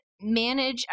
manage